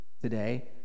Today